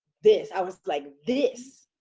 this! i was like this.